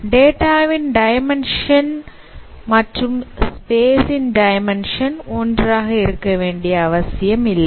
டேட்டாவின் டைமென்ஷன் மற்றும் ஸ்பேஸ் இன் டைமென்ஷன் ஒன்றாக இருக்கவேண்டிய அவசியமில்லை